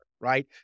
right